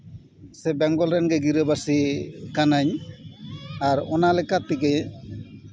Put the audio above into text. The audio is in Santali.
ᱥᱮ ᱵᱮᱝᱜᱚᱞ ᱨᱮᱱ ᱜᱮ ᱜᱤᱨᱟᱹᱵᱟᱹᱥᱤ ᱠᱟᱹᱱᱟᱹᱧ ᱚᱱᱟ ᱞᱮᱠᱟ ᱛᱮᱜᱮ